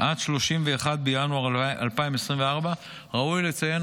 עד 31 בינואר 2024. ראוי לציין,